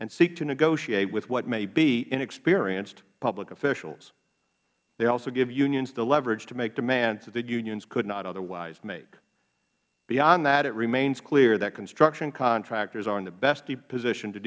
and seek to negotiate with what may be inexperienced public officials they also give unions the leverage to make demands that the unions could not otherwise make beyond that it remains clear that construction contractors are in the best position to